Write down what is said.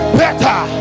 better